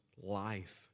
life